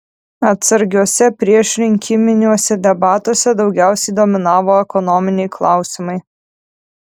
atsargiuose priešrinkiminiuose debatuose daugiausia dominavo ekonominiai klausimai